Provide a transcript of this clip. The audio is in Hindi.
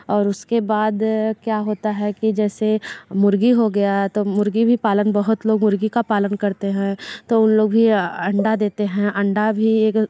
और उसके बाद क्या होता है कि जैसे मुर्गी हो गया तो मुर्गी भी पालन बहुत लोग मुर्गी का पालन करते हैं तो उन लोग भी अंडा देते हैं अंडा भी एक